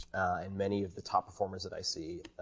and many of the top performers that i see,